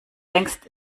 längst